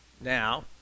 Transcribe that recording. Now